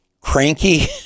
cranky